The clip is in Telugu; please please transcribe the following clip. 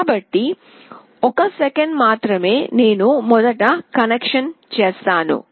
కాబట్టి ఒక సెకను మాత్రమే నేను మొదట కనెక్షన్ని చేస్తాను